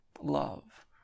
Love